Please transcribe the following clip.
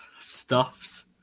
stuffs